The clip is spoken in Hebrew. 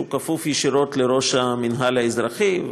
שכפוף ישירות לראש המינהל האזרחי,